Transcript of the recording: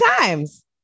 times